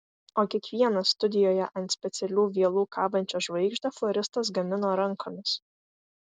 o kiekvieną studijoje ant specialių vielų kabančią žvaigždę floristas gamino rankomis